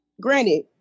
Granted